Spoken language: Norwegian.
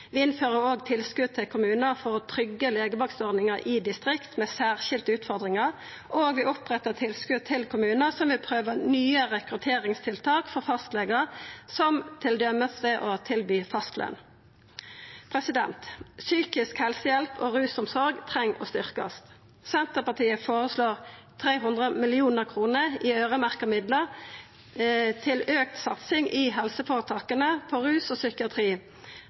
Vi innfører òg tilskot til kommunar for å tryggja legevaktordninga i distrikt med særskilde utfordringar, og vi opprettar tilskot til kommunar som vil prøva nye rekrutteringstiltak for fastlegar, som t.d. ved å tilby fastløn. Psykisk helsehjelp og rusomsorg må styrkjast. Senterpartiet føreslår 300 mill. kr i øyremerkte midlar til auka satsing i helseføretaka på rus og psykiatri.